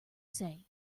say